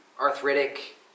arthritic